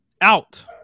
out